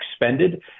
expended